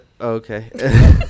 Okay